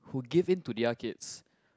who give in to their kids